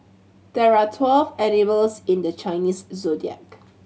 there are twelve animals in the Chinese Zodiac